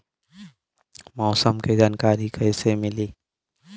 मौसम के जानकारी कैसे मिली?